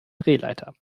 drehleiter